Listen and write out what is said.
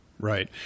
Right